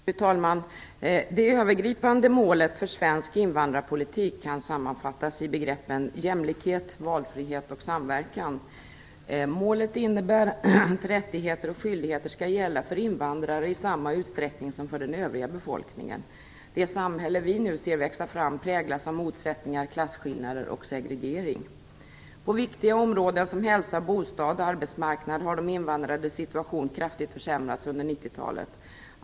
Fru talman! Det övergripande målet för svensk invandrarpolitik kan sammanfattas i begreppen: jämlikhet, valfrihet och samverkan. Målet innebär att rättigheter och skyldigheter skall gälla för invandrare i samma utsträckning som för den övriga befolkningen. Det samhälle vi nu ser växa fram präglas av motsättningar, klasskillnader och segregering. På viktiga områden som hälsa, bostad och arbetsmarknad har de invandrades situation kraftigt försämrats under 1990-talet.